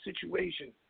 situation